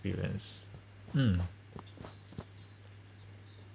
~perience freelance mm